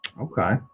Okay